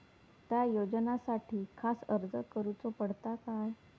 त्या योजनासाठी खास अर्ज करूचो पडता काय?